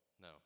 No